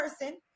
person